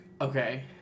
Okay